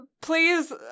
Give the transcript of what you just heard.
please